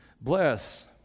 bless